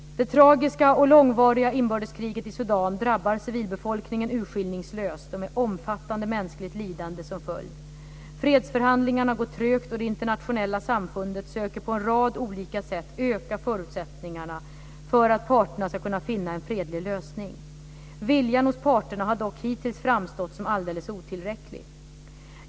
Det tragiska och långvariga inbördeskriget i Sudan drabbar civilbefolkningen urskillningslöst och med ett omfattande mänskligt lidande som följd. Fredsförhandlingarna går trögt och det internationella samfundet söker på en rad olika sätt öka förutsättningarna för att parterna ska kunna finna en fredlig lösning. Viljan hos parterna har dock hittills framstått som alldeles otillräcklig.